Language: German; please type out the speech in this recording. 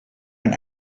ein